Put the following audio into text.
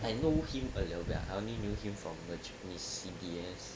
I know him earlier when I only knew him from the japanese C_B_S